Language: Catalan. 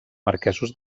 marquesos